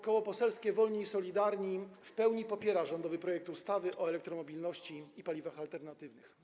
Koło Poselskie Wolni i Solidarni w pełni popiera rządowy projekt ustawy o elektromobilności i paliwach alternatywnych.